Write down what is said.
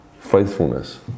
faithfulness